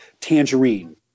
tangerine